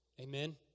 Amen